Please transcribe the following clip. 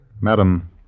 Madam